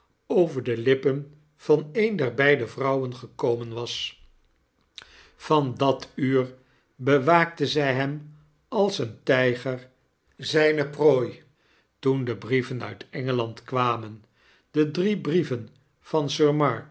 over de lippen van een der beide vrouwen gekomen was van dat uurbewaakte zij hem als een tyger zyne prooi toen de brieven uit engeland kwamen de drie brieven van